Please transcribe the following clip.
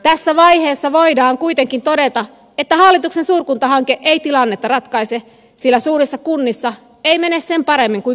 tässä vaiheessa voidaan kuitenkin todeta että hallituksen suurkuntahanke ei tilannetta ratkaise sillä suurissa kunnissa ei mene sen paremmin kuin pienemmissäkään kunnissa